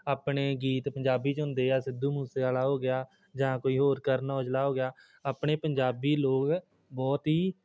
ਆਪਣੇ ਗੀਤ ਪੰਜਾਬੀ 'ਚ ਹੁੰਦੇ ਆ ਸਿੱਧੂ ਮੂਸੇਵਾਲਾ ਹੋ ਗਿਆ ਜਾਂ ਕੋਈ ਹੋਰ ਕਰਨ ਔਜਲਾ ਹੋ ਗਿਆ ਆਪਣੇ ਪੰਜਾਬੀ ਲੋਕ ਬਹੁਤ ਹੀ